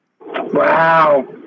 Wow